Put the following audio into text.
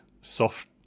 soft